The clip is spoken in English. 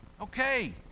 Okay